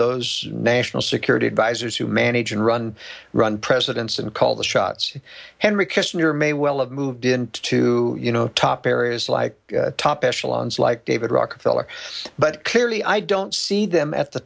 those national security advisors who manage and run run presidents and call the shots henry kissinger may well have moved into you know top areas like top echelons like david rockefeller but clearly i don't see them at the